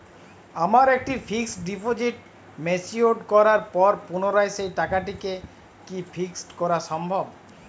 আমার একটি fixed deposit mature করার পর পুনরায় সেই টাকাটিকে কি ফিক্সড করা সম্ভব?